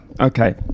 okay